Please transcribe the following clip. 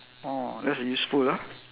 oh that's useful ah